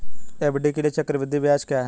FD के लिए चक्रवृद्धि ब्याज क्या है?